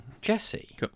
Jesse